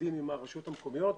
מדהים עם הרשויות המקומיות.